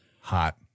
Hot